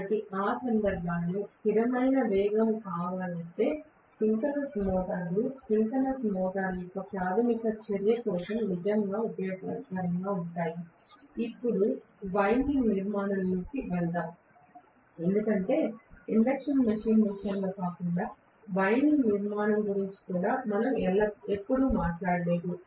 కాబట్టి ఆ సందర్భాలలో స్థిరమైన వేగం కావాలంటే సింక్రోనస్ మోటార్లు సింక్రోనస్ మోటారు యొక్క ప్రాథమిక చర్య కోసం నిజంగా ఉపయోగకరంగా ఉంటాయి ఇప్పుడు వైండింగ్ నిర్మాణంలోకి కొంచెం వెళ్దాం ఎందుకంటే ఇండక్షన్ మెషీన్ విషయంలో కూడా వైండింగ్ నిర్మాణం గురించి మనం ఎప్పుడూ మాట్లాడలేదు